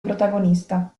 protagonista